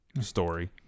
story